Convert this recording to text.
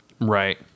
Right